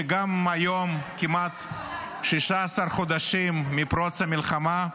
שגם היום, כמעט 16 חודשים מפרוץ המלחמה,